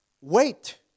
Wait